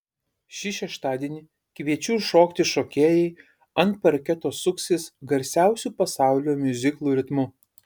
šį šeštadienį kviečiu šokti šokėjai ant parketo suksis garsiausių pasaulio miuziklų ritmu